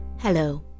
Hello